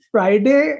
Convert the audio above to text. Friday